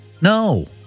No